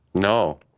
No